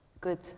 good